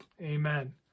Amen